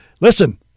listen